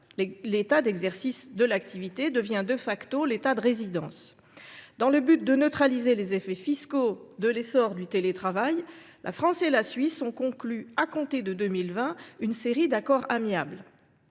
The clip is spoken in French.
l’État d’exercice de l’activité devenant l’État de résidence. Dans le but de neutraliser les effets fiscaux de l’essor du télétravail, la France et la Suisse ont conclu, à compter de 2020, une série d’accords amiables.